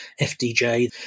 FDJ